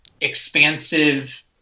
expansive